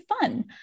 fun